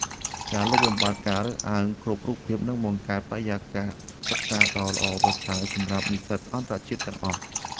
ការលុបបំបាត់ការរើសអើងគ្រប់រូបភាពនឹងបង្កើតបរិយាកាសសិក្សាដ៏ល្អប្រសើរសម្រាប់និស្សិតអន្តរជាតិទាំងអស់។